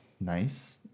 nice